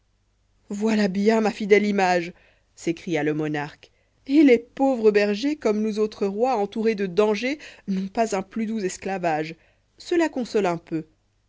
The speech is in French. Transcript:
voilà bien ma fidèle image s'écria'le monarque et les pauvres bergers pomme nous autres rois entourés dé dsngers n'ont pas un plus doux esclàva'iéfïçf cela console un peu